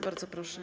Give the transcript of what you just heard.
Bardzo proszę.